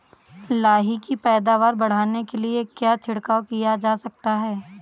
लाही की पैदावार बढ़ाने के लिए क्या छिड़काव किया जा सकता है?